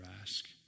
ask